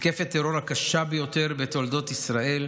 מתקפת הטרור הקשה ביותר בתולדות ישראל.